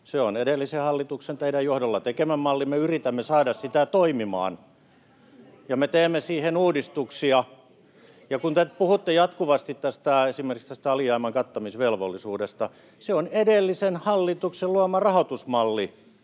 se on edellisen hallituksen, teidän, johdolla tekemä malli, me yritämme saada sitä toimimaan. [Keskeltä: Ottakaa vastuu!] Ja me teemme siihen uudistuksia. Kun te puhutte jatkuvasti esimerkiksi tästä alijäämän kattamisvelvollisuudesta: Se on edellisen hallituksen luoma rahoitusmalli,